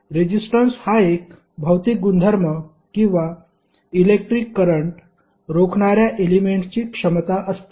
resistance हा एक भौतिक गुणधर्म किंवा इलेक्ट्रिक करंट रोखणाऱ्या एलेमेंट्सची क्षमता असते